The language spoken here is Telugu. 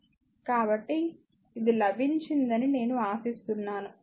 కాబట్టి ఇది లభించిందని నేను ఆశిస్తున్నాను